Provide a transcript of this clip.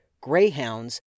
greyhounds